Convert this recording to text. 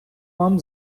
вам